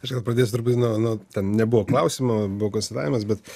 aš gal pradėsiu truputį nuo nuo ten nebuvo klausimo buvo konstatavimas bet